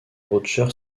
roger